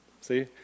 See